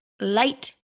light